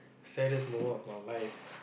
saddest moment of my life